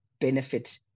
benefit